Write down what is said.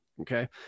Okay